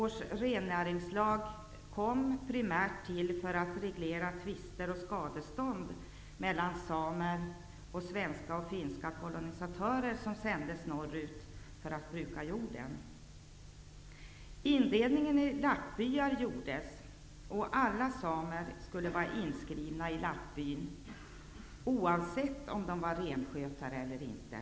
Rennäringslagen kom primärt till för att reglera tvister och skadestånd mellan samer och svenska samt finska kolonisatörer, som sändes norrut för att bruka jorden. Indelningen i lappbyar gjordes. Alla samer skulle vara inskrivna i en lappby, oavsett om de var renskötare eller inte.